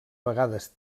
vegades